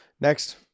next